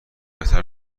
بهتر